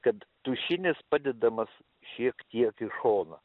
kad tušinis padedamas šiek tiek į šoną